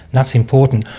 that's important,